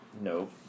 No